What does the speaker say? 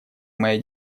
моей